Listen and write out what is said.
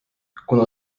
kuna